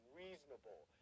reasonable